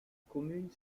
commune